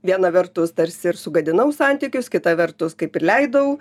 viena vertus tarsi ir sugadinau santykius kita vertus kaip ir leidau